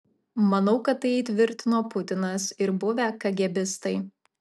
manau kad tai įtvirtino putinas ir buvę kagėbistai